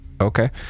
okay